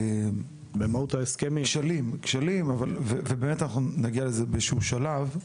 במהות ההסכמים ואנחנו נגיע לזה באיזה שהוא שלב.